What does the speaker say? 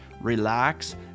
relax